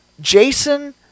Jason